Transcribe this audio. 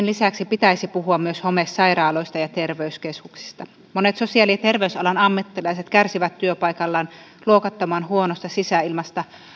lisäksi pitäisi puhua myös homesairaaloista ja terveyskeskuksista monet sosiaali ja terveysalan ammattilaiset kärsivät työpaikallaan luokattoman huonosta sisäilmasta